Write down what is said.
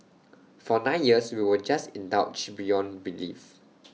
for nine years we were just indulged beyond belief